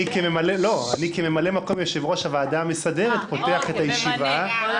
אני כממלא מקום יושב-ראש הוועדה המסדרת פותח את הישיבה.